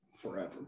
Forever